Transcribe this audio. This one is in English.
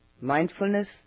Mindfulness